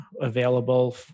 available